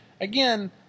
again